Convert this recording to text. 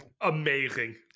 Amazing